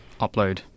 Upload